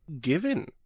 given